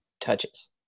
touches